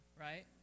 right